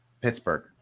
Pittsburgh